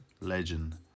legend